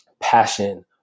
passion